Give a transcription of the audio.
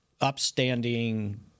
upstanding